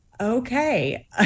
okay